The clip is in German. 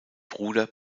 bruder